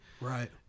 Right